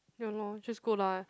ya lor just go lah